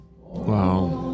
Wow